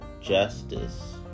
justice